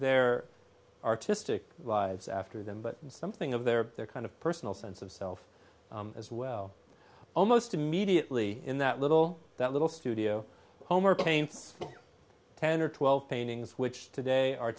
their artistic lives after them but something of their kind of personal sense of self as well almost immediately in that little that little studio homer paints ten or twelve paintings which today are